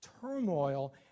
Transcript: turmoil